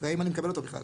והאם אני מקבל אותו בכלל?